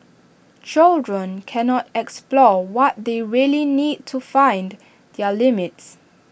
children cannot explore what they really need to find their limits